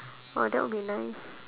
oh that would be nice